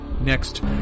Next